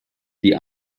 die